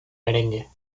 merengue